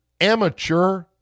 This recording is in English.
amateur